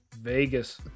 Vegas